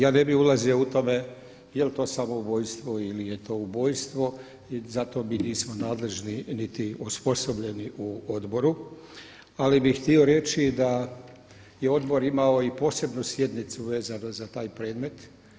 Ja ne bih ulazio u tome jel to samoubojstvo ili je to ubojstvo i zato mi nismo nadležni niti osposobljeni u odboru, ali bi htio reći da je odbor imao i posebnu sjednicu vezanu za taj predmet.